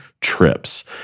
trips